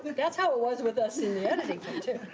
but that's how it was with us in the editing team, too.